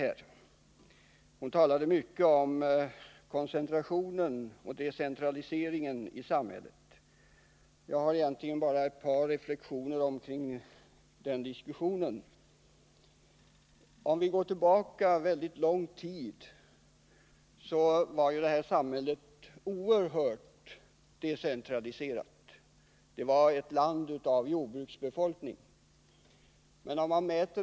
Hon talade mycket om koncentrationen och decentraliseringen i samhället. Jag vill göra bara ett par reflexioner kring hennes anförande. Långt tillbaka var detta samhälle oerhört decentraliserat. Befolkningen var en jordbruksbefolkning.